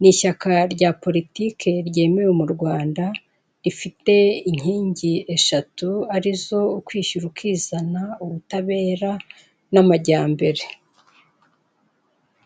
ni ishyaka rya politiki ryemewe mu Rwanda, rifite inkingi eshatu, arizo ukwishyira ukizana, ubutabera, n'amajyambere.